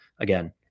Again